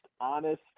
honest